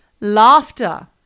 Laughter